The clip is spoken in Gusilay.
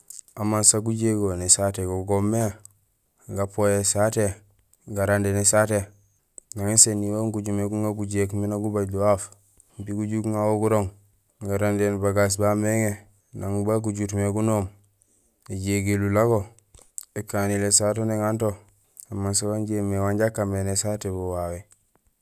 Amansa gujégool nésaté go goomé gapooy ésaté, garandéén ésaté, nang éséniil wan ujumé uŋaar gujéék imbi nak gubay do waaf, imbi uju guŋawo gurooŋ, garandéén bagaas baméŋé nang ban gujuut mé gunoom, gujégiil ulago, ékaniil ésaté néŋanto, amansa wawé injé imimé wanja nésaté wo wawé.